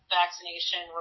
vaccination